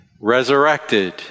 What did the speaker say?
resurrected